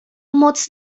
moc